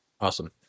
Awesome